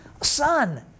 Son